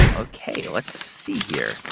ok, let's see here.